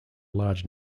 large